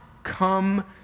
Come